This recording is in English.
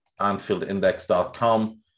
anfieldindex.com